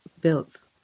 builds